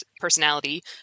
personality